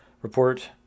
report